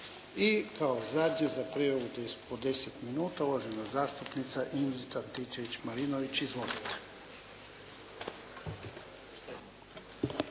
I kao zadnju za prijavu od 10 minuta, uvažena zastupnica Ingrid Antičević-Marinović. Izvolite.